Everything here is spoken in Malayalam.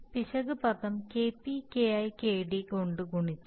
പിശക് പദം Kp Ki KD കൊണ്ട് ഗുണിച്ചു